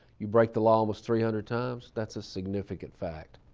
you break the law almost three hundred times, that's a significant fact.